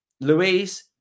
Louise